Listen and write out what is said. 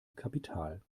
kapital